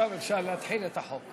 עכשיו אפשר להתחיל את החוק.